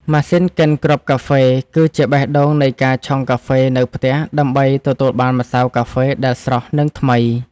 ម៉ាស៊ីនកិនគ្រាប់កាហ្វេ គឺជាបេះដូងនៃការឆុងកាហ្វេនៅផ្ទះ ដើម្បីទទួលបានម្សៅកាហ្វេដែលស្រស់ និងថ្មី។